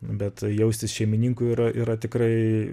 bet jaustis šeimininku yra yra tikrai